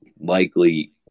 likely